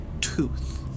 tooth